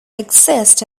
exist